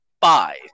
five